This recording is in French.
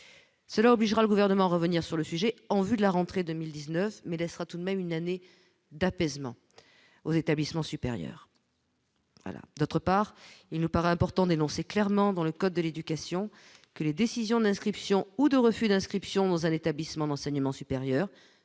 cela obligera le gouvernement revenir sur le sujet en vue de la rentrée 2019 mais laissera tout de même une année d'apaisement aux établissements supérieurs voilà, d'autre part, il nous paraît important d'énoncer clairement dans le code de l'éducation que les décisions d'inscription ou de refus d'inscription dans un établissement d'enseignement supérieur